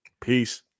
Peace